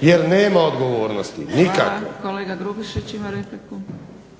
jer nema odgovornosti, nikakve.